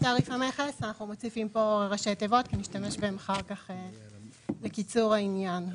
אנחנו מוסיפים פה ראשי תיבות שנשתמש בהם אחר כך לקיצור העניין.